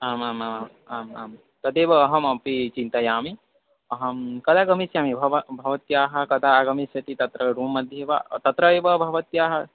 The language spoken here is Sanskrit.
आमामामाम् आम् आम् तदेव अहमपि चिन्तयामि अहं कदा गमिष्यामि भवती भवत्याः कदा आगमिष्यति तत्र रूम् मध्ये वा तत्र एव भवत्याः